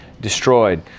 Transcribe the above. destroyed